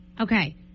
Okay